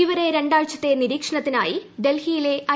ഇവരെ രണ്ടാഴ്ചത്തെ നിരീക്ഷണത്തിനായ് ഡൽഹിയിലെ ഐ